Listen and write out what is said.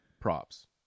Props